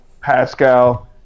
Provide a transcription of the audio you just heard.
Pascal